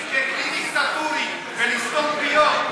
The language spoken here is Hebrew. בדמוקרטיה ככלי דיקטטורי ולסתום פיות.